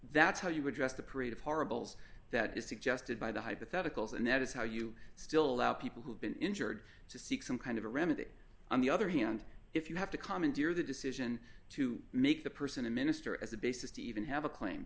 that's how you address the parade of horribles that is suggested by the hypotheticals and that is how you still allow people who have been injured to seek some kind of a remedy on the other hand if you have to commandeer the decision to make the person a minister as a basis to even have a claim